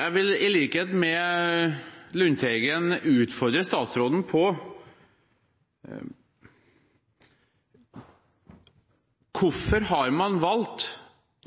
Jeg vil, i likhet med Lundteigen, utfordre statsråden på følgende: Hvorfor har man valgt,